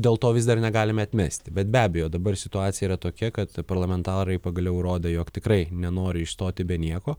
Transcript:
dėl to vis dar negalime atmesti bet be abejo dabar situacija yra tokia kad parlamentarai pagaliau rodo jog tikrai nenori išstoti be nieko